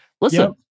listen